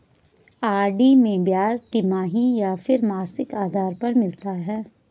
RD में ब्याज तिमाही या फिर मासिक आधार पर मिलता है?